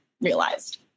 realized